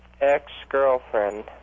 ex-girlfriend